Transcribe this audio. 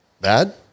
bad